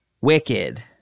Wicked